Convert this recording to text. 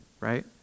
right